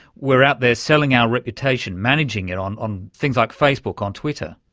we're out there selling our reputation, managing it on on things like facebook, on twitter.